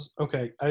Okay